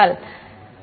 மாணவர் q